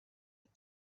but